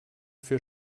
für